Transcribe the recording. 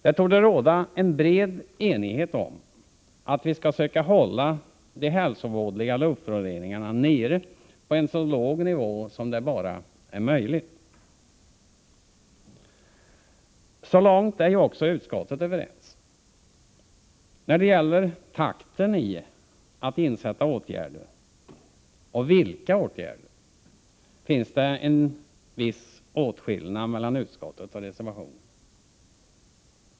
Det torde råda en bred enighet om att vi skall söka hålla de hälsovådliga luftföroreningarna nere på en så låg nivå som det bara är möjligt. Så långt är ju också utskottet överens. När det gäller takten i att insätta åtgärder, och vilka åtgärder som skall insättas, finns det en viss åtskillnad mellan utskottets förslag och reservationen.